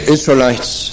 Israelites